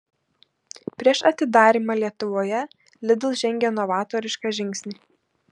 prieš atidarymą lietuvoje lidl žengė novatorišką žingsnį